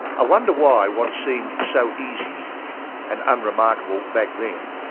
i wonder why what seemed so easy and unremarkable back then,